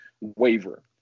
waiver